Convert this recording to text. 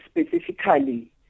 specifically